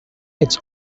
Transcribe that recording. its